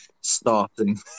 starting